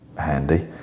handy